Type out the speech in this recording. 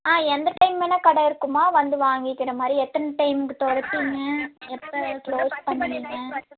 ஆ எந்த டைம் வேணா கடை இருக்குமா வந்து வாங்கிகிற மாதிரி எத்தனை டைமுக்கு திறப்பிங்க எப்போ குளோஸ் பண்ணுவிங்க